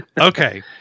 Okay